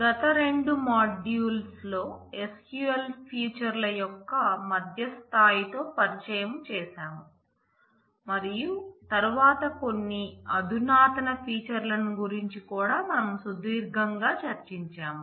గత రెండు మాడ్యూల్స్ లో SQL ఫీచర్ల యొక్క మధ్యస్థాయితో పరిచయం చేసాము మరియు తరువాత కొన్ని అధునాతన ఫీచర్లను గురించి కూడా మనం సుదీర్ఘంగా చర్చించాం